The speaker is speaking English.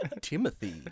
Timothy